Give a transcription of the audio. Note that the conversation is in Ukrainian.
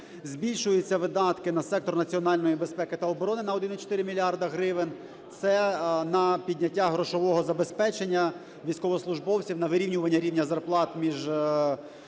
збільшуються видатки на сектор національної безпеки та оборони на 1,4 мільярда гривень – це на підняття грошового забезпечення військовослужбовців, на вирівнювання рівня зарплат між